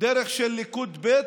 דרך של ליכוד ב',